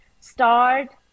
start